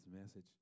message